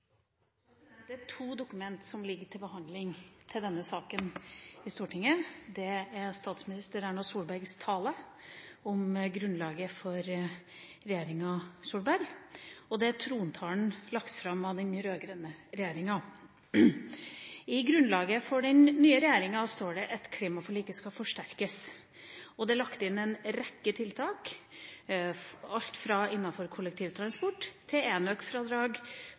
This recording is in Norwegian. Det er to dokumenter som ligger til grunn for behandlingen av denne saken i Stortinget. Det er statsminister Erna Solbergs tale om grunnlaget for regjeringa Solberg, og det er trontalen lagt fram av den rød-grønne regjeringa. I grunnlaget for den nye regjeringa står det at «klimaforliket skal forsterkes», og det er lagt inn en rekke tiltak, alt fra kollektivtransport til